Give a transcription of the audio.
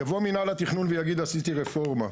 יבוא מנהל התכנון ויגיד עשיתי רפורמה,